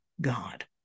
God